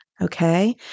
Okay